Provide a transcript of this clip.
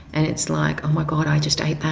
and it's like, oh my god, i just ate that,